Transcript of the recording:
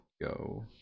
go